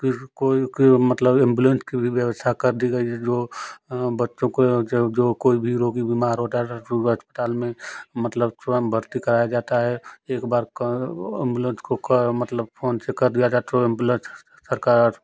किसी कोई कोई मतलब एम्बुलेंस की भी व्यवस्था कर दी गई है जो बच्चों को जो जो कोई भी रोगी बीमार होता है तो सरकारी अस्पताल में मतलब थोड़ा भर्ती आया जाता है एक बार कोई एम्बुलेंस को कॉल मतलब फ़ोन से कर दिया जाता तो एम्बुलेंछ छरकार